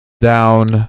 down